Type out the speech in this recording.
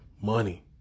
money